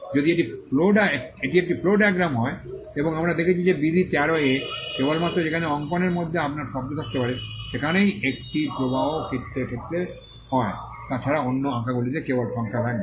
যদি এটি একটি ফ্লো ডায়াগ্রাম হয় এবং আমরা দেখেছি যে বিধি 13 এ কেবলমাত্র যেখানে অঙ্কনের মধ্যে আপনার শব্দ থাকতে পারে সেখানেই একটি প্রবাহ চিত্রের ক্ষেত্রে হয় তা ছাড়া অন্য আঁকাগুলিতে কেবল সংখ্যা থাকবে